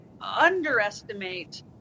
underestimate